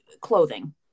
clothing